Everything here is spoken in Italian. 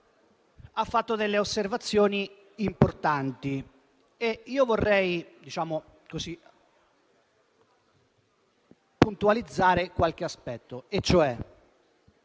ha fatto delle osservazioni importanti e io vorrei puntualizzare qualche aspetto.